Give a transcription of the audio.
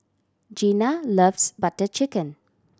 Gina loves Butter Chicken